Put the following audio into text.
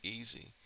easy